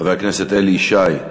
חבר הכנסת אלי ישי,